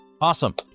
awesome